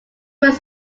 was